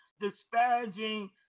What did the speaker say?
disparaging